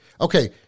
okay